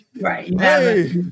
right